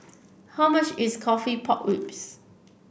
how much is coffee Pork Ribs